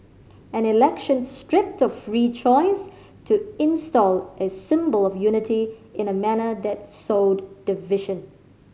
an election stripped of free choice to install a symbol of unity in a manner that sowed division